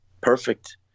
perfect